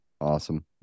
Awesome